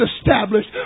established